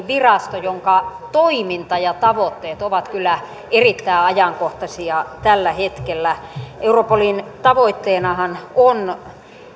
virasto jonka toiminta ja tavoitteet ovat kyllä erittäin ajankohtaisia tällä hetkellä europolin tavoitteenahan on